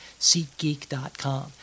SeatGeek.com